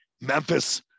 Memphis